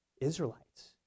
Israelites